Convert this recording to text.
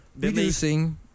reducing